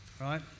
right